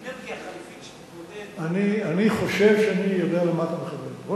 אנרגיה חלופית, אני חושב שאני יודע למה אתה מכוון.